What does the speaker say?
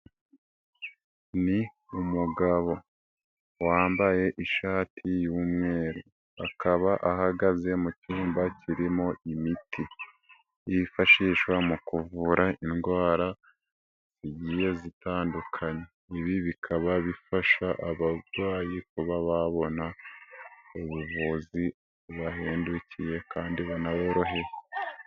Ni umugabo wambaye ishati y'umweru akaba ahagaze mu cyumba kirimo imiti yifashishwa mu kuvura indwara zigiye zitandukanye, ibi bikaba bifasha abarwayi kuba babona ubuvuzi bubahendukiye kandi bunaboroheye.